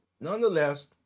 Nonetheless